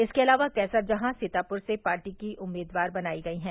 इसके अलावा कैसरजहॉ सीतापुर से पार्टी की उम्मीदवार बनायी गई हैं